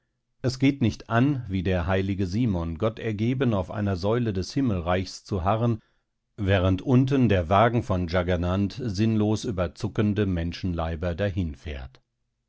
es geht nicht an wie der heilige simon gottergeben auf einer säule des himmelreiches zu harren während unten der wagen von dschaggernant sinnlos über zuckende menschenleiber